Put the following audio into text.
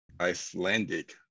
Icelandic